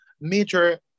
major